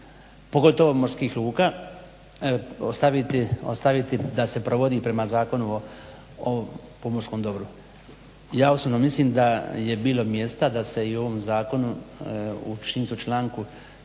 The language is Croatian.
pogotovo morskih luka ostaviti da se provodi prema Zakonu o pomorskom dobru. Ja osobno mislim da je bilo mjesta da se i u ovom zakonu u čini mi se članku